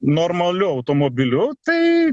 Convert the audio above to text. normaliu automobiliu tai